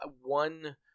one